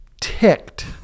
ticked